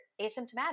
asymptomatic